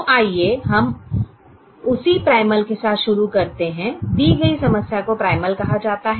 तो आइए हम उसी प्राइमल के साथ शुरू करते हैं दी गई समस्या को प्राइमल कहा जाता है